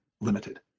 Limited